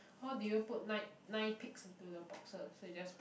how do you put nine nine pics into the boxes so you just